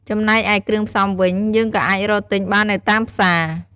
ចំណែកឯគ្រឿងផ្សំវិញ យើងក៏អាចរកទិញបាននៅតាមផ្សារ។